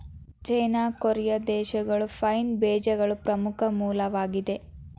ಚೇನಾ, Korea ದೇಶಗಳು pine ಬೇಜಗಳ ಪ್ರಮುಖ ಮೂಲವಾಗಿದೆ